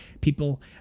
people